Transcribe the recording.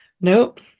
nope